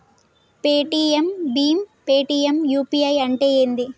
Paytm భీమ్ Paytm UPI అంటే ఏంది?